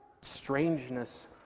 strangeness